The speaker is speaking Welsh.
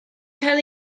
cael